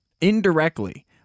indirectly